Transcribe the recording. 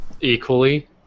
Equally